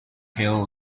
tail